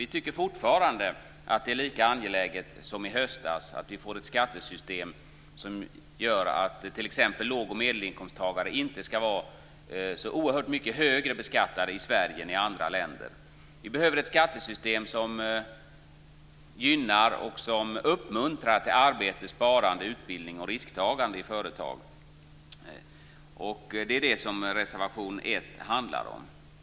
Vi tycker fortfarande att det är lika angeläget som i höstas att vi får ett skattesystem som gör att t.ex. låg och medelinkomsttagare inte ska vara så oerhört mycket högre beskattade i Sverige än i andra länder. Vi behöver ett skattesystem som gynnar och uppmuntrar till arbete, sparande, utbildning och risktagande i företag. Det är det som reservation 1 handlar om.